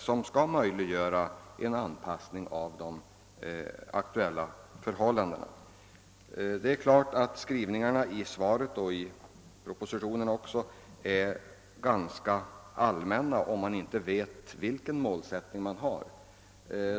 Det är klart att formuleringarna i interpellationssvaret, liksom i propositionen, är ganska allmänna, om man inte är klar om målsättningen.